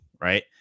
right